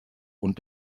und